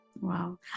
Wow